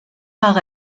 par